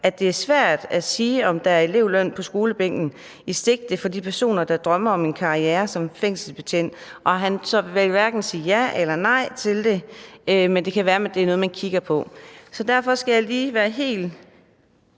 at det er »svært at sige, om der er elevløn på skolebænken i sigte for de personer, der drømmer om en karriere som fængselsbetjent«. Han vil hverken sige ja eller nej til det, men siger, at det kan være, at det er noget, man kigger på. Så derfor skal jeg lige være helt